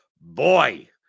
boy